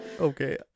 okay